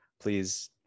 please